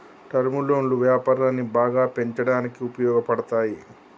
term లోన్లు వ్యాపారాన్ని బాగా పెంచడానికి ఉపయోగపడతాయి